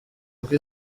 kuko